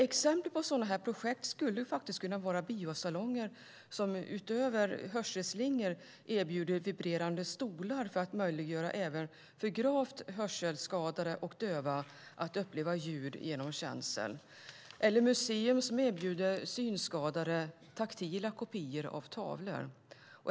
Exempel på sådana projekt skulle kunna vara biosalonger som utöver hörslingor erbjuder vibrerande stolar för att möjliggöra även för gravt hörselskadade och döva att uppleva ljud genom känsel eller museum som erbjuder synskadade taktila kopior av tavlor.